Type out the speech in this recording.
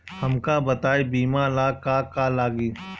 हमका बताई बीमा ला का का लागी?